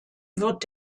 wird